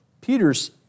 Peter's